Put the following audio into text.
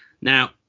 Now